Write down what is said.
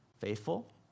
faithful